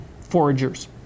foragers